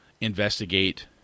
investigate